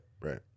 right